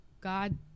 god